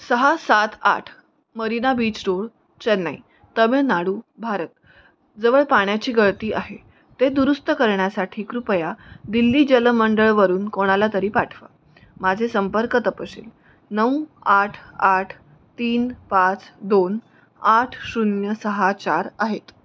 सहा सात आठ मरीना बीच रोड चेन्नई तमिळनाडू भारत जवळ पाण्याची गळती आहे ते दुरुस्त करण्यासाठी कृपया दिल्ली जलमंडळवरून कोणाला तरी पाठवा माझे संपर्क तपशील नऊ आठ आठ तीन पाच दोन आठ शून्य सहा चार आहेत